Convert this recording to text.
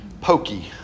pokey